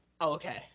Okay